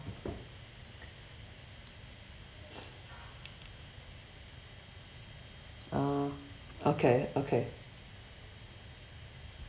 ah okay okay